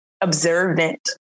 observant